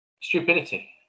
Stupidity